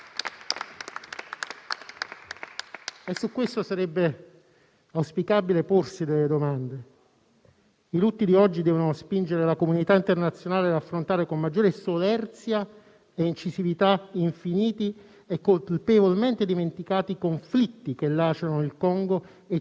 Su questo sarebbe auspicabile porsi delle domande. I lutti di oggi devono spingere la comunità internazionale ad affrontare con maggiore solerzia e incisività gli infiniti e colpevolmente dimenticati conflitti che lacerano il Congo e